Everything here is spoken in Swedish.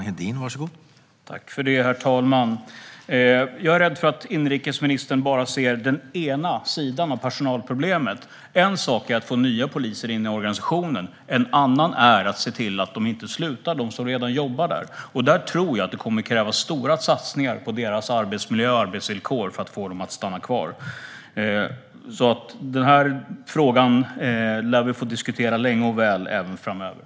Herr talman! Jag är rädd att inrikesministern bara ser den ena sidan av personalproblemet. Det är en sak att få in nya poliser i organisationen, och det är en annan sak att se till att de som redan jobbar där inte slutar. Jag tror att det kommer att krävas stora satsningar på deras arbetsmiljö och arbetsvillkor för att få dem att stanna kvar. Denna fråga lär vi alltså få diskutera länge och väl även framöver.